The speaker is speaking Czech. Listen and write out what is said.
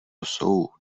jsou